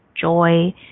joy